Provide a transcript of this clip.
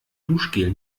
duschgel